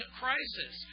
crisis